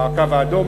"הקו האדום",